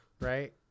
Right